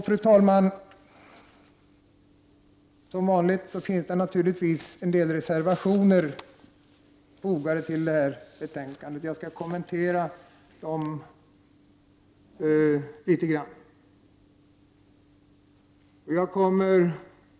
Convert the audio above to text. Fru talman! Som vanligt finns några reservationer fogade till betänkandet, och jag skall kommentera dem litet grand.